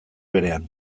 berean